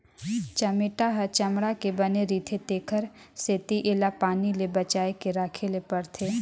चमेटा ह चमड़ा के बने रिथे तेखर सेती एला पानी ले बचाए के राखे ले परथे